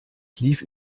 lief